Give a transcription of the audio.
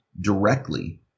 directly